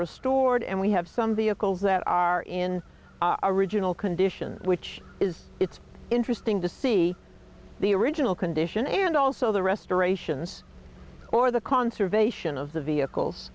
restored and we have some vehicles that are in our original condition which is it's interesting to see the original condition and also the restorations or the conservation of the vehicles